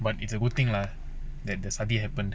but it's a good thing lah that that's study happened